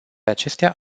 acestea